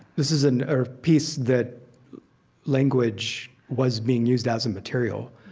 this is and a piece that language was being used as a material.